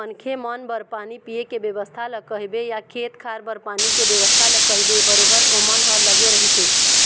मनखे मन बर पानी पीए के बेवस्था ल कहिबे या खेत खार बर पानी के बेवस्था ल कहिबे बरोबर ओमन ह लगे रहिथे